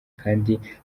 kandi